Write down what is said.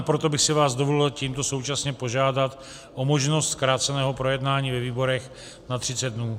Proto bych si vás dovolil tímto současně požádat o možnost zkráceného projednání ve výborech na 30 dnů.